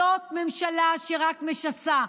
זאת ממשלה שרק משסה,